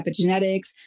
epigenetics